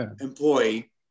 employee